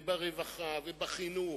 וברווחה ובחינוך